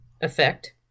effect